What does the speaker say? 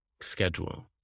schedule